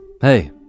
Hey